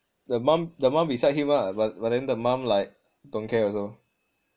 the mum the mum beside him lah but then the mum like don't care also